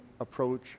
approach